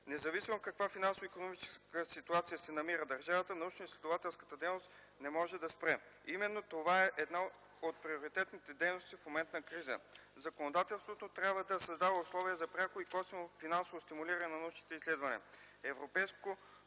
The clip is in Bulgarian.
Независимо в каква финансово-икономическа ситуация се намира държавата, научноизследователската дейност не може да спре. Именно това е една от приоритетните дейности в момент на криза. Законодателството трябва да създава условия за пряко и косвено финансово стимулиране на научните изследвания. Европейското